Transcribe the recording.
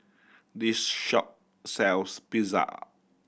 this shop sells Pizza